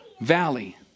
valley